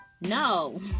no